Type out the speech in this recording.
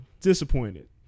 disappointed